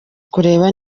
kureba